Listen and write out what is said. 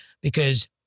because-